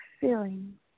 feeling